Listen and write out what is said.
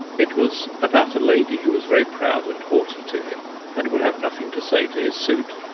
it was about a lady who was very proud and haughty to him and would have nothing to say to his suit,